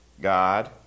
God